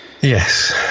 Yes